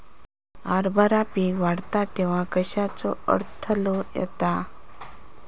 हरभरा पीक वाढता तेव्हा कश्याचो अडथलो येता?